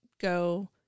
go